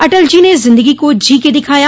अटल जी ने जिन्दगी को जी के दिखाया